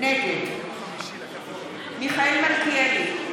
נגד מיכאל מלכיאלי,